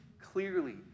clearly